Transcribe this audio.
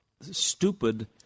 stupid